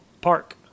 park